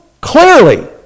clearly